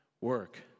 work